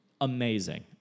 amazing